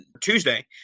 Tuesday